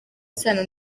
isano